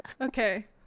okay